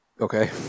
Okay